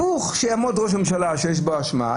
רצה הגורם והוא היה ראש ממשלה כשהדברים התרחשו.